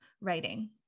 writing